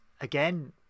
again